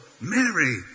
Mary